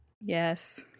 Yes